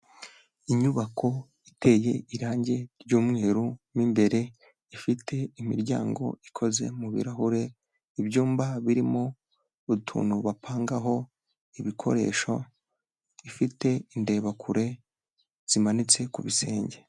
Inyubako iteye irangi ry'umweru mo imbere, ifite imiryango ikoze mu birarahure, ibyumba birimo utuntu bapangaho ibikoresho, ifite indebakure zimanitse ku bisenge.